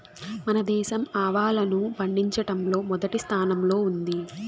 మన దేశం ఆవాలను పండిచటంలో మొదటి స్థానం లో ఉంది